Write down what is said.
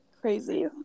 crazy